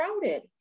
crowded